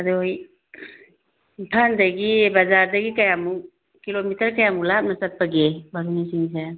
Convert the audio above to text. ꯑꯗꯣ ꯏꯝꯐꯥꯜꯗꯒꯤ ꯕꯖꯥꯔꯗꯒꯤ ꯀꯌꯥꯝꯃꯨꯛ ꯀꯤꯂꯣꯃꯤꯇꯔ ꯀꯌꯥꯃꯨꯛ ꯂꯥꯞꯅ ꯆꯠꯄꯒꯦ ꯕꯥꯔꯨꯅꯤ ꯆꯤꯡꯁꯦ